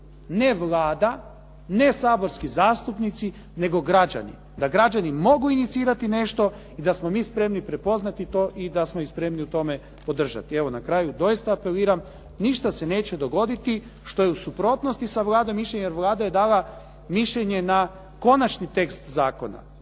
Ne Vlada, ne saborski zastupnici nego građani, da građani mogu inicirati nešto i da smo mi spremni prepoznati to i da smo ih spremni u tome podržati. Evo na kraju doista apeliram. Ništa se neće dogoditi što je u suprotnosti sa Vladinim mišljenjem jer Vlada je dala mišljenje na konačni tekst zakona,